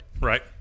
Right